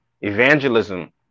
evangelism